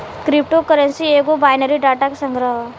crypto currency एगो binary data के संग्रह ह